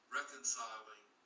reconciling